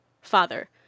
father